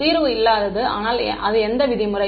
தீர்வு இல்லாதது ஆனால் அது எந்த விதிமுறை